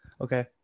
okay